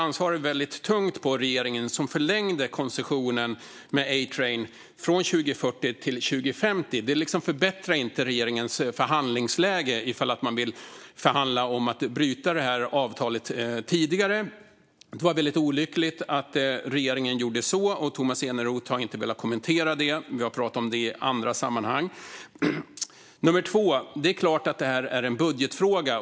Ansvaret faller tungt på regeringen, som förlängde A-Trains koncession från 2040 till 2050. Det förbättrar inte regeringens förhandlingsläge ifall man vill förhandla om att bryta avtalet tidigare. Det var olyckligt att regeringen gjorde det. Tomas Eneroth har inte heller velat kommentera det när vi har pratat om det i andra sammanhang. Det här är självklart en budgetfråga.